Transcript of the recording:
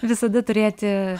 visada turėti